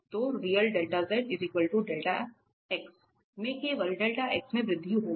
तो ReΔ𝑧Δ𝑥 में केवल Δ𝑥 में वृद्धि होगी